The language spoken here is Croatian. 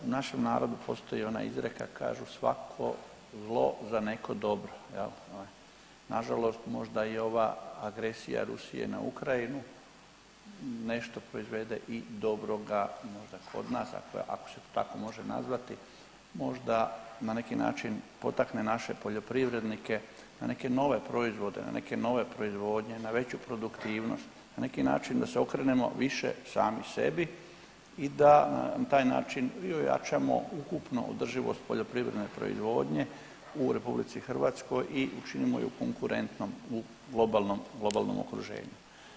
U našem narodu postoji ona izreka, kažu svako zlo za neko dobro jel, nažalost možda i ova agresija Rusije na Ukrajinu nešto proizvede i dobroga možda kod nas ako se tako može nazvati, možda na neki način potakne naše poljoprivrednike na neke nove proizvode, na neke nove proizvodnje, na veću produktivnost, na neki način da se okrenemo više sami sebi i da na taj način i ojačamo ukupnu održivost poljoprivredne proizvodnje u RH i učimo ju konkurentnom u globalnom, globalnom okruženju.